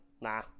nah